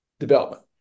Development